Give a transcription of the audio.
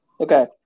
Okay